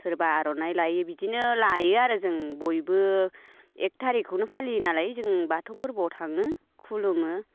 सोरबा आरनाइ लायो बिदिनो लायो आरो जों बयबो एक थारिकखौनो फालियो नालाय जों बाथौ फोरबोआव थाङो खुलुमो